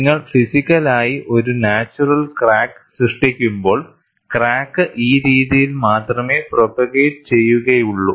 നിങ്ങൾ ഫിസിക്കൽ ആയി ഒരു നാച്ചുറൽ ക്രാക്ക് സൃഷ്ടിക്കുമ്പോൾ ക്രാക്ക് ഈ രീതിയിൽ മാത്രമേ പ്രൊപ്പഗേറ്റ് ചെയ്യുകയുള്ളൂ